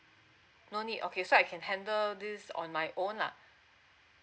no need okay so I can handle this on my own lah